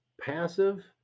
passive